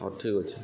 ହଉ ଠିକ୍ ଅଛେ